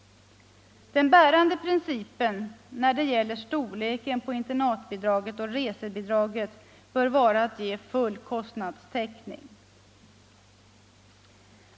Den bärande principen när det gäller storleken på internatbidraget och resebidraget bör vara att ge full kostnadstäckning.